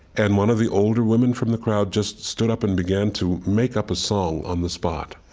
and one of the older women from the crowd just stood up and began to make up a song on the spot.